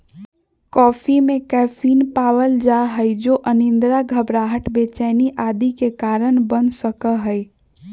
coffee में caffeine पावल जा हई जो अनिद्रा, घबराहट, बेचैनी आदि के कारण बन सका हई